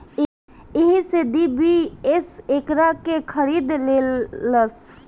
एही से डी.बी.एस एकरा के खरीद लेलस